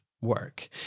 work